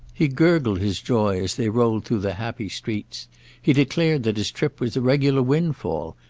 he gurgled his joy as they rolled through the happy streets he declared that his trip was a regular windfall,